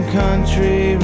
country